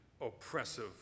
oppressive